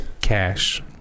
Cash